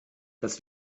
dass